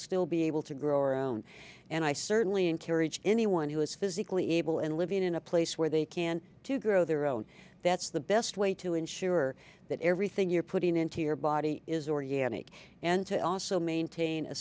still be able to grow our own and i certainly encourage anyone who is physically able and living in a place where they can to grow their own that's the best way to ensure that everything you're putting into your body is organic and to also maintain a